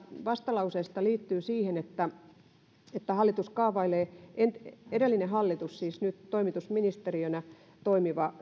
vastalauseesta liittyy siihen että että hallitus kaavailee edellinen hallitus siis nyt toimitusministeristönä toimiva